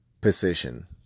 position